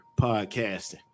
podcasting